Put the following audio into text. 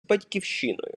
батьківщиною